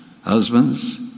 husbands